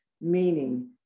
meaning